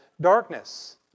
darkness